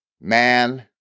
man